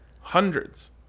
Hundreds